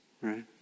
right